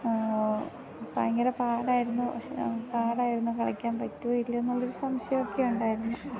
ഭയങ്കര പാടായിരുന്നു പക്ഷേ പാടായിരുന്നു കളിക്കാൻ പറ്റുമോ ഇല്ലയോ എന്നുള്ളൊരു സംശയം ഒക്കെ ഉണ്ടായിരുന്നു